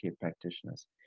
practitioners